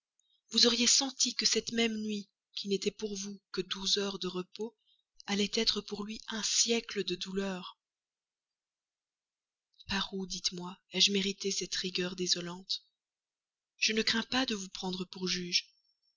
vous auriez senti que cette même nuit qui n'était pour vous que douze heures de repos allait être pour lui un siècle de douleurs par où dites-moi ai-je mérité cette rigueur désolante je ne crains pas de vous prendre pour juge